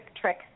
trick